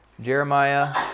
Jeremiah